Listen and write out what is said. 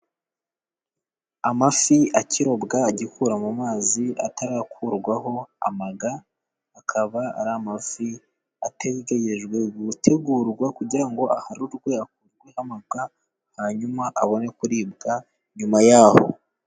Amafi akirobwa agikura mu mazi atarakurwaho amaga, akaba ari amafi ategerejwe gutegurwa kugira ngo aharurwe akurwe amaga, hanyuma abone kuribwa nyuma yaho.